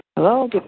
Hello